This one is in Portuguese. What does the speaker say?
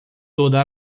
toda